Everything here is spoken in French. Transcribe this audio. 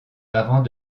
avant